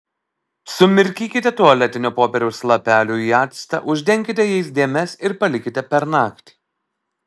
sumirkykite tualetinio popieriaus lapelių į actą uždenkite jais dėmes ir palikite per naktį